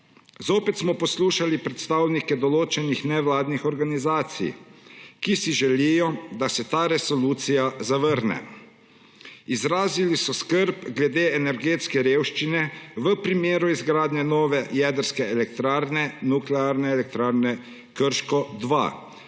Zopet smo poslušali predstavnike določenih nevladnih organizacij, ki si želijo, da se ta resolucija zavrne. Izrazili so skrb glede energetske revščine v primeru izgradnje nove jedrske elektrarne